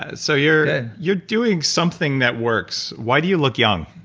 ah so you're you're doing something that works. why do you look young?